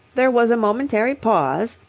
there was a momentary pause,